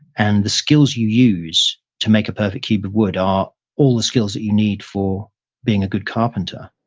and the skills you use to make a perfect cube of wood are all the skills that you need for being a good carpenter